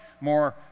more